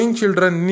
children